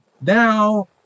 now